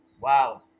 wow